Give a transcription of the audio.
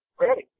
Ready